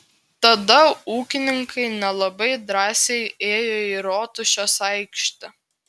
tada ūkininkai nelabai drąsiai ėjo į rotušės aikštę